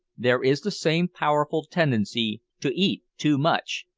there is the same powerful tendency to eat too much,